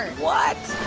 what